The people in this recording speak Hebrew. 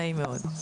נעים מאוד.